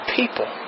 people